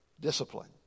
discipline